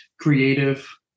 creative